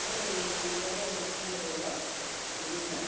नहीं नहीं मतलब मैक्सिमम रहेगा मीडियम में